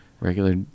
regular